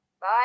Bye